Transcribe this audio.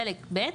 חלק ב'